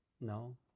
No